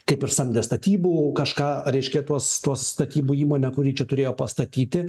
kaip ir samdė statybų kažką reiškia tuos tuos statybų įmonę kuri čia turėjo pastatyti